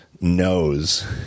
knows